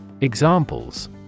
Examples